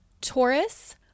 Taurus